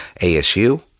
ASU